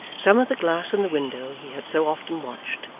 some of the glass in the window he had so often watched,